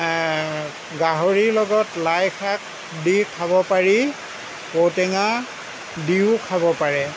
গাহৰি লগত লাই শাক দি খাব পাৰি ঔটেঙা দিও খাব পাৰে